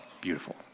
beautiful